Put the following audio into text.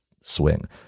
Swing